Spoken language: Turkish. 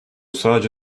sadece